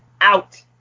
out